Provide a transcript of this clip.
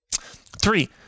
Three